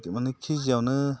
माने केजियावनो